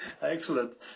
excellent